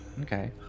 Okay